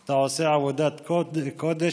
אתה עושה עבודת קודש.